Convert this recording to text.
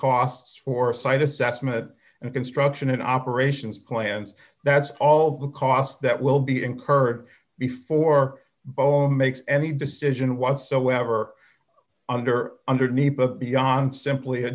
costs for site assessment and construction and operations plans that's all the costs that will be incurred before boeing makes any decision whatsoever under underneath beyond simply a